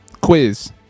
Quiz